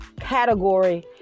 category